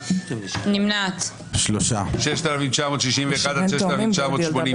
ההסתייגויות לפניכם ויו"ר הוועדה מקריא כל פעם מהסתייגות עד הסתייגות,